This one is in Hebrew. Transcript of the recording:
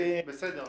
בסדר.